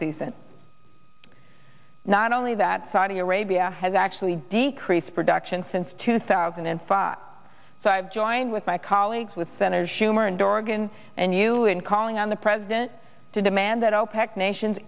season not only that saudi arabia has actually decreased production since two thousand and five so i've joined with my colleagues with senator schumer and dorgan and you in calling on the president to demand that opec nations